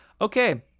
Okay